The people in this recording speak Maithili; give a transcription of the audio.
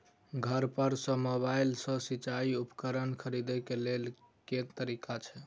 घर पर सऽ मोबाइल सऽ सिचाई उपकरण खरीदे केँ लेल केँ तरीका छैय?